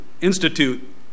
institute